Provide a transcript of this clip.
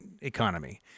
economy